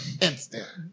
instant